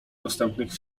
dostępnych